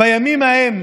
"בימים ההם